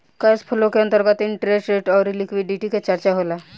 cash flow के अंतर्गत interest rate अउरी लिक्विडिटी के चरचा होला